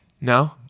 No